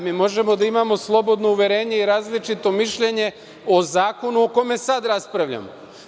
Mi možemo da imamo slobodno uverenje i različito mišljenje o zakonu o kome sada raspravljamo.